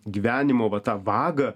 gyvenimo va tą vagą